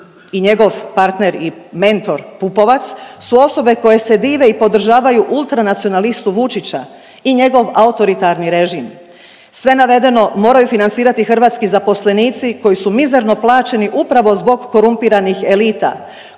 i njegov partner i mentor Pupovac su osobe koje se dive i podržavaju ultra nacionalistu Vučića i njegov autoritarni režim. Sve navedeno moraju financirati hrvatski zaposlenici koji su mizerno plaćeni upravo zbog korumpiranih elita